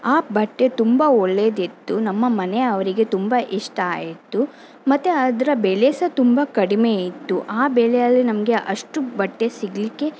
ಆ ಬಟ್ಟೆ ತುಂಬ ಒಳ್ಳೆಯದಿತ್ತು ನಮ್ಮ ಮನೆಯವರಿಗೆ ತುಂಬ ಇಷ್ಟ ಆಯಿತು ಮತ್ತು ಅದರ ಬೆಲೆ ಸಹ ತುಂಬ ಕಡಿಮೆ ಇತ್ತು ಆ ಬೆಲೆಯಲ್ಲಿ ನಮಗೆ ಅಷ್ಟು ಬಟ್ಟೆ ಸಿಗಲಿಕ್ಕೆ